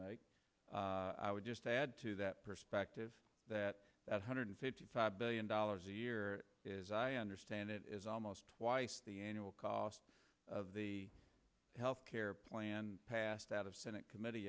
i would just add to that perspective that that hundred fifty five billion dollars a year as i understand it is almost twice the annual cost of the health care plan passed out of senate committee